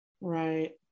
right